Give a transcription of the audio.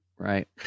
right